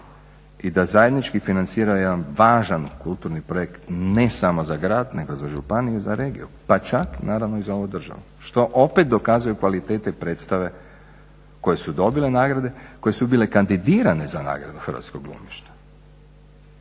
i da zajednički financiraju jedan važan kulturni projekt ne samo za grad nego za županiju i za regiju pa čak naravno i za ovu državu što opet dokazuje kvalitete predstave koje su dobile nagrade, koje su bile kandidirane za nagradu hrvatskog glumišta.